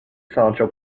sancho